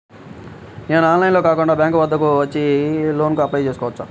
నేను ఆన్లైన్లో కాకుండా బ్యాంక్ వద్దకు వచ్చి లోన్ కు అప్లై చేసుకోవచ్చా?